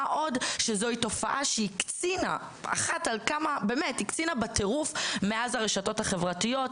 מה עוד שזוהי תופעה שהקצינה בטרוף מאז הרשתות החברתיות,